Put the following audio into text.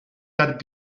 that